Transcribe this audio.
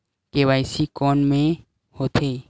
KYC कोन में होथे?